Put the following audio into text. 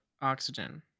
oxygen